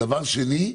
דבר שני,